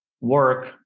work